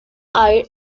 air